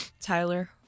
Tyler